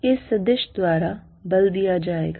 इस सदिश द्वारा बल दिया जाएगा